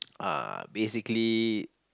uh basically